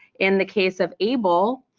in the case of able,